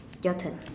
your turn